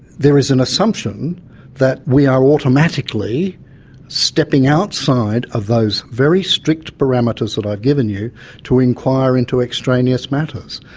there is an assumption that we are automatically stepping outside of those very strict parameters that i've given you to inquire into extraneous matters.